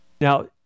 now